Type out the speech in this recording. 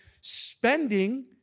spending